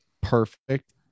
perfect